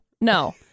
no